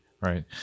right